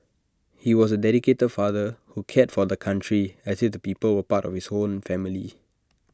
he was A dedicated father who cared for the country as if the people were part of his own family